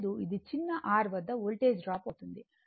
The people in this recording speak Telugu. ఇది చిన్న r వద్ద వోల్టేజ్ డ్రాప్ అవుతుంది